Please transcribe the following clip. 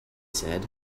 said